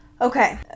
Okay